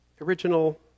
original